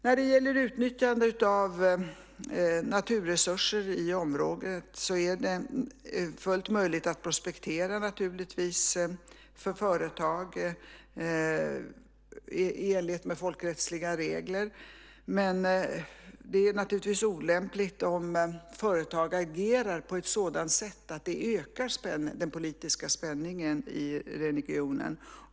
När det gäller utnyttjande av naturresurser i området är det naturligtvis fullt möjligt för företag att prospektera i enlighet med folkrättsliga regler. Det är dock naturligtvis olämpligt om företag agerar på ett sådant sätt att det ökar den politiska spänningen i regionen.